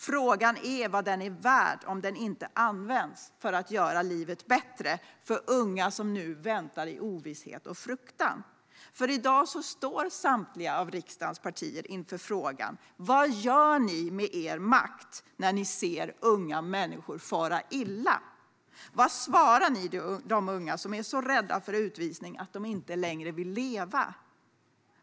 Frågan är vad den är värd om den inte används för att göra livet bättre för unga som nu väntar i ovisshet och fruktan. I dag står samtliga av riksdagens partier inför frågan: Vad gör ni med er makt när ni ser unga människor fara illa? Vad svarar ni de unga som är så rädda för utvisning att de inte längre vill leva?